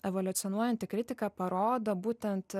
evoliucionuojanti kritika parodo būtent